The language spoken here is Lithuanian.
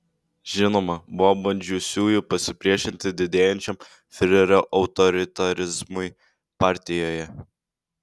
žinoma buvo bandžiusiųjų pasipriešinti didėjančiam fiurerio autoritarizmui partijoje